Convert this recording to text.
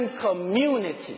community